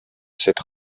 cette